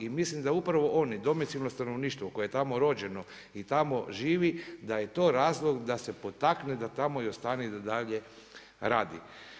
I mislim da upravo oni, domicilno stanovništvo koje je tamo rođeno i tamo živi da je to razlog da se potakne da tamo i ostane i da i dalje radi.